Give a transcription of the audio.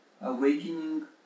Awakening